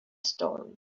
story